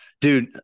Dude